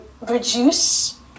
reduce